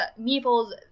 meeple's